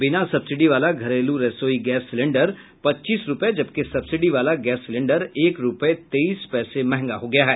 बिना सब्सिडी वाला घरेलू रसोई गैस सिलेंडर पच्चीस रूपये जबकि सब्सिडी वाला गैस सिलेंडर एक रूपये तेईस पैसे मंहगा हो गया है